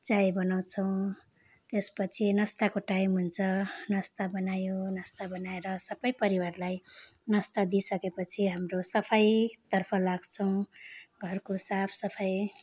चाय बनाउँछौँ त्यसपछि नास्ताको टाइम हुन्छ नास्ता बनायो नास्ता बनाएर सबै परिवारलाई नास्ता दिई सकेपछि हाम्रो सफाइतर्फ लाग्छौँ घरको साफसफाइ